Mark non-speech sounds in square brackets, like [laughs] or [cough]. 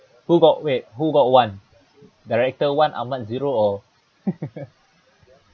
who got wait who got one director one ahmad zero or [laughs]